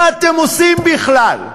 מה אתם עושים בכלל?